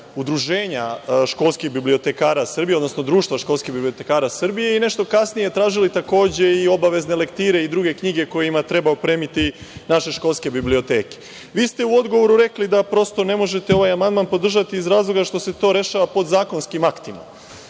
Udruženja školskih bibliotekara Srbije, odnosno Društva školskih bibliotekara Srbije i nešto kasnije, tražili smo i takođe obavezne lektire i druge knjige kojima treba opremiti naše školske biblioteke. Vi ste u odgovoru rekli da prosto ne možete ovaj amandman podržati iz razloga što se to rešava podzakonskim aktima.